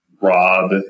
Rob